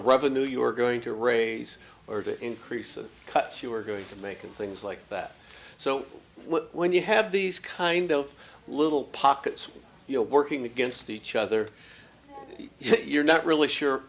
revenue you're going to raise or the increase of cuts you're going to make things like that so when you have these kind of little pockets you know working against each other you're not really sure